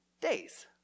days